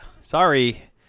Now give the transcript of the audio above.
sorry